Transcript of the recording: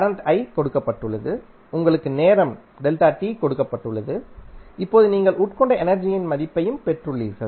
current i கொடுக்கப்பட்டுள்ளது உங்களுக்குநேரம் கொடுக்கப்பட்டுள்ளது இப்போது நீங்கள் உட்கொண்ட எனர்ஜியின் மதிப்பையும் பெற்றுள்ளீர்கள்